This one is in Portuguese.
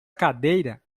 cadeira